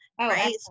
right